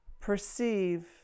perceive